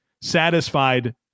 satisfied